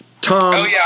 Tom